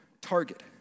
target